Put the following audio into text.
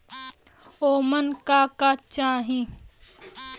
ओमन का का चाही?